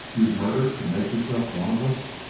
you've murdered to make yourself one of us?